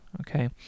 Okay